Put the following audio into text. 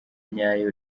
nyayo